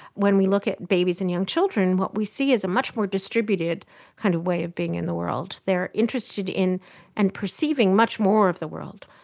when we look at babies and young children, what we see is a much more distributed kind of way of being in the world. they are interested in and perceiving much more of the world.